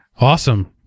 Awesome